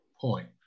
point